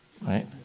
Right